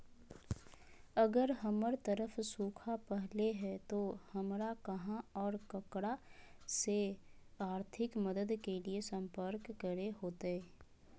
अगर हमर तरफ सुखा परले है तो, हमरा कहा और ककरा से आर्थिक मदद के लिए सम्पर्क करे होतय?